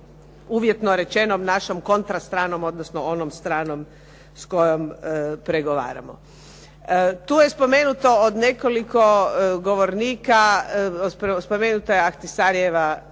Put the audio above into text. uvjetno rečeno našom kontra stranom, odnosno onom stranom s kojom pregovaramo. Tu je spomenuto od nekoliko govornika spomenuta je Akcisarjeva,